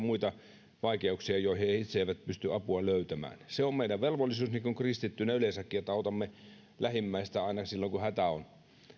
muita vaikeuksia joihin he itse eivät pysty apua löytämään on meidän velvollisuutemme niin kuin kristittyinä yleensäkin että autamme lähimmäistä aina silloin kun hätä on